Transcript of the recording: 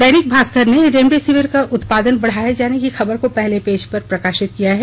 दैनिक भास्कर ने रेमडेसिविर का उत्पादन बढ़ाए जाने की खबर को पहले पेज पर प्रकाशित किया है